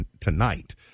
tonight